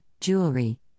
jewelry